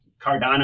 Cardano